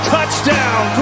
Touchdown